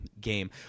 game